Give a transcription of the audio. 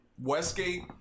Westgate